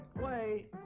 play